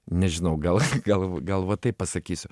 nežinau gal galv gal va tai pasakysiu